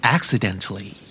Accidentally